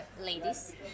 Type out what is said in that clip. ladies